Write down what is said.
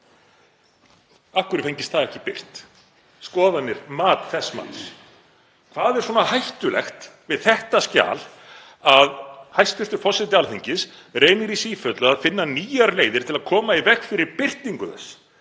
Af hverju fengist það ekki birt, skoðanir, mat þess manns? Hvað er svona hættulegt við þetta skjal að hæstv. forseti Alþingis reynir í sífellu að finna nýjar leiðir til að koma í veg fyrir birtingu þess?